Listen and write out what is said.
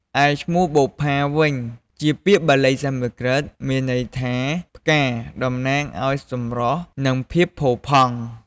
ឯឈ្មោះបុប្ផាវិញ ជាពាក្យបាលីសំស្ក្រឹត មានន័យថា ផ្កា តំណាងឲ្យសម្រស់ និងភាពផូរផង់។